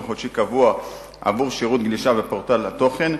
חודשי קבוע עבור שירות גלישה בפורטל התוכן,